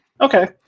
okay